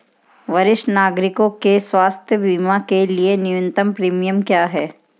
वरिष्ठ नागरिकों के स्वास्थ्य बीमा के लिए न्यूनतम प्रीमियम क्या है?